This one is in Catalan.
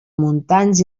muntants